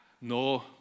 no